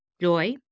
Joy